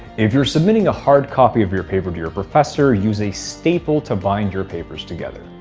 if you're submitting a hard copy of your paper to your professor, use a staple to bind your papers together.